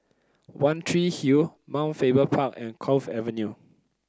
One Tree Hill Mount Faber Park and Cove Avenue